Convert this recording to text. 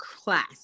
class